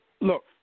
Look